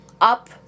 up